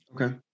Okay